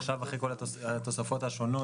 עכשיו אחרי כל התוספות השונות,